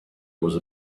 was